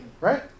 Right